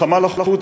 בחמ"ל אחוד,